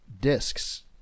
discs